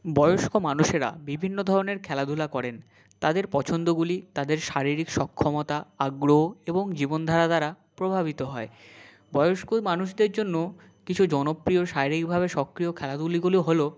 বয়স্ক মানুষেরা বিভিন্ন ধরনের খেলাধূলা করেন তাদের পছন্দগুলি তাদের শারীরিক সক্ষমতা আগ্রহ এবং জীবনধারা দ্বারা প্রভাবিত হয় বয়স্ক মানুষদের জন্য কিছু জনপ্রিয় শারীরিকভাবে সক্রিয় খেলাধুলিগুলি হল